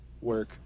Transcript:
work